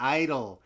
idol